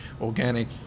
organic